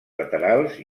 laterals